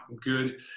good